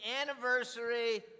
anniversary